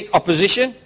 opposition